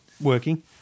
working